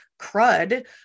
crud